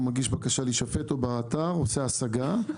הוא מגיש בקשה להישפט או עושה השגה באתר.